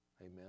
amen